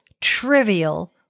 trivial